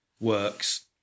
works